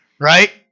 right